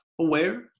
aware